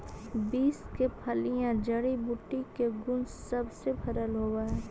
beans के फलियां जड़ी बूटी के गुण सब से भरल होब हई